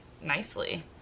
nicely